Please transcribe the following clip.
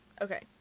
Okay